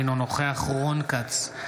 אינו נוכח רון כץ,